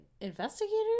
Investigators